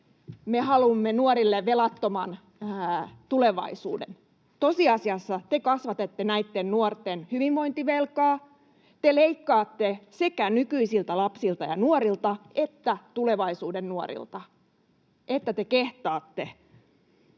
”me haluamme nuorille velattoman tulevaisuuden”. Tosiasiassa te kasvatatte näitten nuorten hyvinvointivelkaa, te leikkaatte sekä nykyisiltä lapsilta ja nuorilta että tulevaisuuden nuorilta. Että te kehtaatte.